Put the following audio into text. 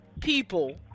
people